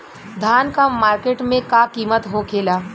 धान क मार्केट में का कीमत होखेला?